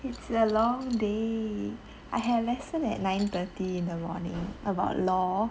it's a long day I have lesson at nine thirty in the morning about law